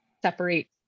separate